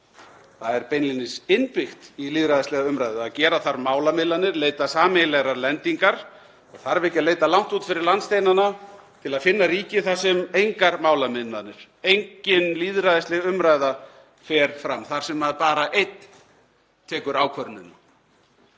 Það er beinlínis innbyggt í lýðræðislega umræðu að gera þarf málamiðlanir og leita sameiginlegrar lendingar. Ekki þarf að leita langt út fyrir landsteinana til að finna ríki þar sem engar málamiðlanir og engin lýðræðisleg umræða fer fram, þar sem bara einn tekur ákvörðun.